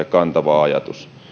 kantava ajatus